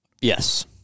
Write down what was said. Yes